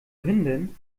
hündin